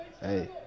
Hey